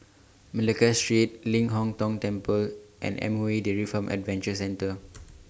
Malacca Street Ling Hong Tong Temple and MOE Dairy Farm Adventure Center